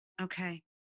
Okay